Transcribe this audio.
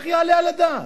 איך יעלה על הדעת?